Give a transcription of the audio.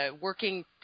working